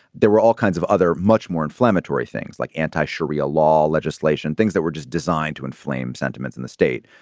there were all kinds of other much more inflammatory things like anti-sharia law, legislation, things that were just designed to inflame sentiments in the state.